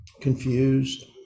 Confused